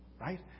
Right